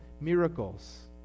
miracles